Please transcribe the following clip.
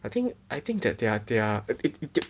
I think I think that there are there are